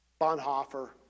Bonhoeffer